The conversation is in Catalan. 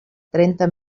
trenta